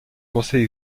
conseil